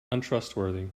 untrustworthy